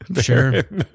Sure